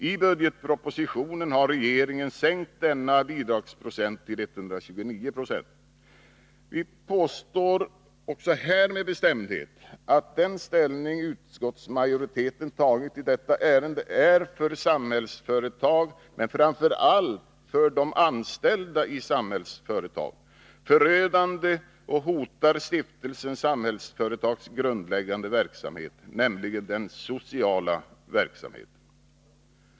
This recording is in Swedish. I budgetpropositionen har regeringen sänkt denna bidragsprocent till 129 20. Vi påstår också här med bestämdhet att den inställning utskottsmajoriteten har i detta ärende är förödande för Samhällsföretag, men framför allt för de anställda i Samhällsföretag, och hotar Stiftelsen Samhällsföretags grundläggande verksamhet, nämligen den sociala verksamheten.